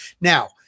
Now